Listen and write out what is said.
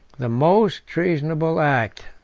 the most treasonable act,